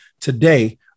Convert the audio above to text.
today